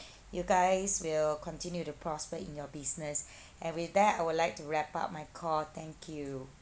you guys will continue to prosper in your business and with that I would like to wrap up my call thank you